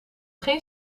geen